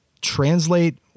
translate